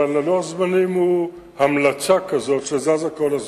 אבל לוח הזמנים הוא המלצה כזאת שזזה כל הזמן.